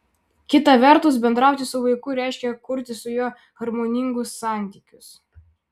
kita vertus bendrauti su vaiku reiškia kurti su juo harmoningus santykius